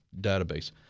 database